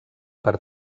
per